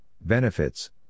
Benefits